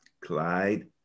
Clyde